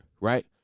right